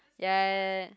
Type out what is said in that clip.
ya